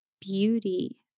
beauty